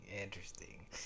interesting